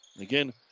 Again